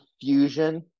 fusion